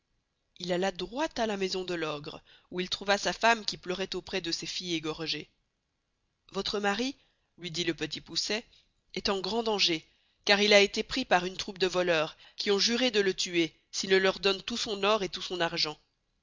il alla droit à la maison de l'ogre où il trouva sa femme qui pleuroit auprés de ses filles égorgées vostre mary lui dit le petit poucet est en grand danger car il a esté pris par une troupe de voleurs qui ont juré de le tuër s'il ne leur donne tout son or et tout son argent